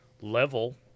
level